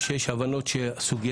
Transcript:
בסדר גמור.